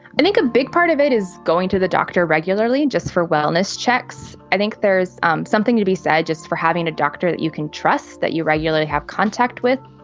and think a big part of it is going to the doctor regularly and just for wellness checks. i think there's um something to be said just for having a doctor that you can trust, that you regularly have contact with,